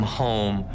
home